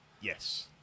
Yes